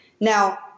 Now